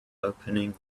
opening